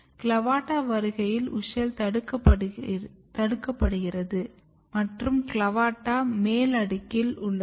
CLAVATA வருகையில் WUSCHEL தடுக்கப்படுகிறது மற்றும் CLAVATA மேல் அடுக்கில் உள்ளது